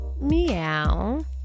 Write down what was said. Meow